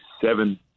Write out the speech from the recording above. seven